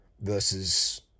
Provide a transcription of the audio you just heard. versus